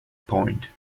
point